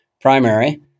primary